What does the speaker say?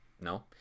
no